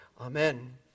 Amen